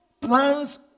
plans